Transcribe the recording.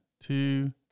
two